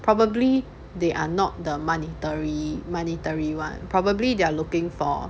probably they are not the monetary monetary one probably they're looking for